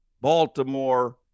Baltimore